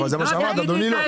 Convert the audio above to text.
אבל זה מה שאמרת אדוני, לא.